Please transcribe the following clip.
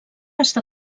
està